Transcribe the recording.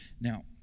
Now